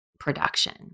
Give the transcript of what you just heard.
Production